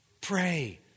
pray